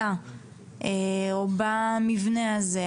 בקריה או במבנה הזה,